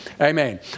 Amen